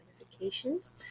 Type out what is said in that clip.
notifications